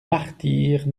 martyrs